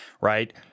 right